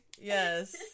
Yes